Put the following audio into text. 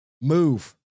move